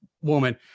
woman